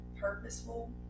Purposeful